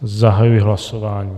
Zahajuji hlasování.